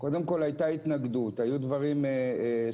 קודם כל היתה התנגדות, היו דברים שהועלו.